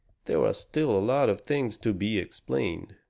there are still a lot of things to be explained.